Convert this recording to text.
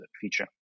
feature